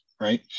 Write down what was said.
right